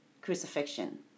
crucifixion